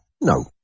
No